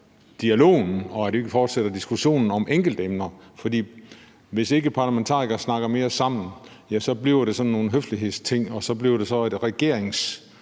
dialogen, og at vi ikke fortsætter diskussionen om enkelte emner, for hvis ikke parlamentarikere snakker mere sammen, bliver det sådan nogle høflighedsting, og så bliver det et regeringsprojekt